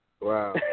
Wow